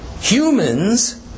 humans